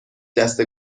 دسته